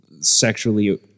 sexually